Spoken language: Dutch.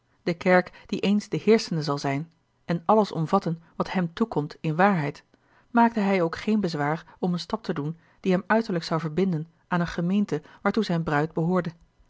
de kerk die eens de heerschende zal zijn en alles omvatten wat hem toekomt in waarheid maakte hij ook geen bezwaar om een stap te doen die hem uiterlijk zou verbinden aan eene gemeente waartoe zijne bruid behoorde